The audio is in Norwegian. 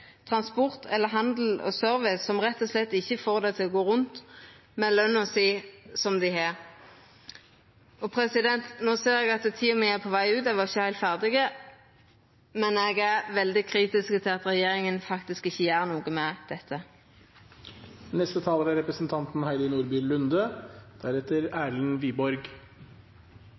transport eller handel og service, som rett og slett ikkje får det til å gå rundt med den løna dei har. No ser eg at tida mi er på veg til å gå ut. Eg var ikkje heilt ferdig, men eg er veldig kritisk til at regjeringa faktisk ikkje gjer noko med dette. Jeg er